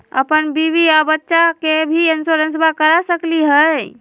अपन बीबी आ बच्चा के भी इंसोरेंसबा करा सकली हय?